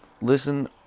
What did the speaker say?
listen